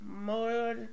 More